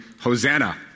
Hosanna